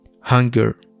hunger